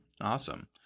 Awesome